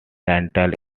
randall